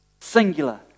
Singular